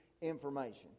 information